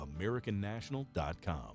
AmericanNational.com